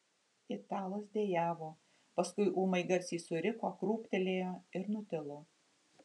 italas dejavo paskui ūmai garsiai suriko krūptelėjo ir nutilo